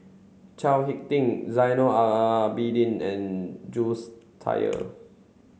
Chao Hick Tin Zainal Abidin and Jules